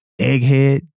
egghead